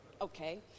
Okay